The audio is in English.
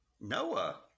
Noah